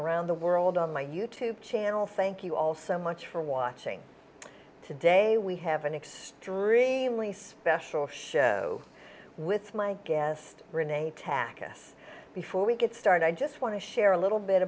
around the world on my you tube channel thank you all so much for watching today we have an extremely special show with my guest rene tak us before we get started i just want to share a little b